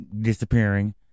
disappearing